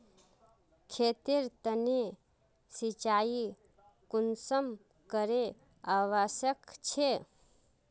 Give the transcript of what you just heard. खेतेर तने सिंचाई कुंसम करे आवश्यक छै?